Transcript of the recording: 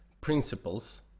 principles